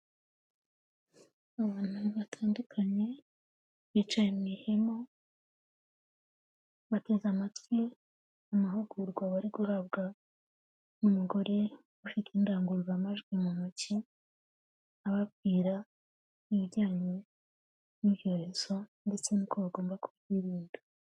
Abantu batandukanye bicaye mu ihema, bateze amatwi amahugurwa bari guhabwa n'umugore ufite indangururamajwi mu ntoki, ababwira ibijyanye n'ibyorezo ndetse n'uko bagomba kubyirinda.